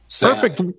Perfect